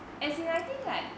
as in I think like